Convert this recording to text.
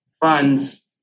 funds